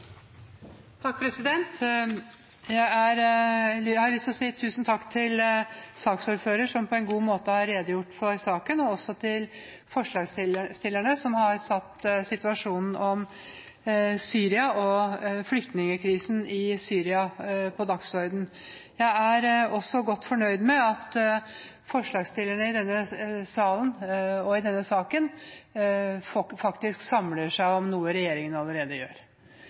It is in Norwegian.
Jeg har lyst til å si tusen takk til saksordføreren som på en god måte har redegjort for saken, og også til forslagsstillerne, som har satt situasjonen i Syria og flyktningkrisen i Syria på dagsordenen. Jeg er også godt fornøyd med at forslagsstillerne i denne saken faktisk samler seg om noe regjeringen allerede gjør.